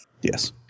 Yes